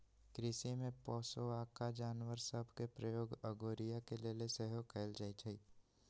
कृषि में पोशौआका जानवर सभ के प्रयोग अगोरिया के लेल सेहो कएल जाइ छइ